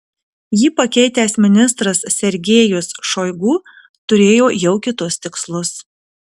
jį pakeitęs ministras sergejus šoigu turėjo jau kitus tikslus